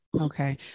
Okay